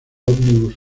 ómnibus